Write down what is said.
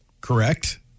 correct